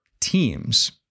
teams